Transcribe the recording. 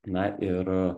na ir